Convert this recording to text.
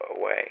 away